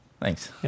Thanks